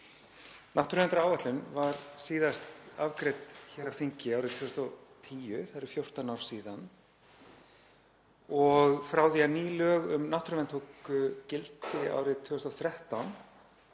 Náttúruverndaráætlun var síðast afgreidd hér á þingi árið 2010. Það eru 14 ár síðan og frá því að ný lög um náttúruvernd tóku gildi árið 2013